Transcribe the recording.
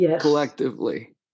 collectively